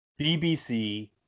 BBC